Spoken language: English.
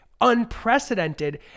unprecedented